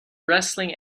wrestling